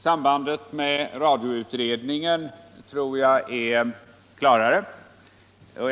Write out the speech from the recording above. Sambandet med radioutredningen är klarare.